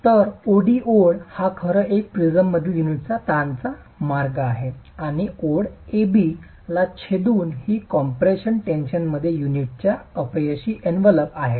तर O D ओळ हा खरं तर प्रिझममधील युनिटचा ताणचा मार्ग आहे आणि ओळ A B ला छेदून ही कम्प्रेशन टेन्शनमध्ये युनिटचा अपयशी एनवेलोप आहे